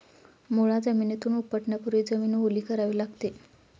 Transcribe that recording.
मुळा जमिनीतून उपटण्यापूर्वी जमीन ओली करावी लागते